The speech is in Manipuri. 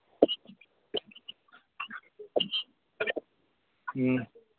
ꯎꯝ